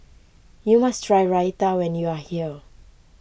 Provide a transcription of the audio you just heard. you must try Raita when you are here